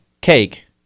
cake